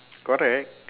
correct